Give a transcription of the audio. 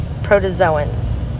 protozoans